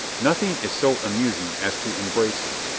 nothing is so amusing as to embrace me.